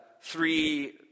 three